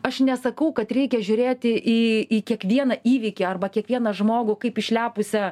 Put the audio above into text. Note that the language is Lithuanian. aš nesakau kad reikia žiūrėti į į kiekvieną įvykį arba kiekvieną žmogų kaip išlepusią